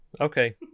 okay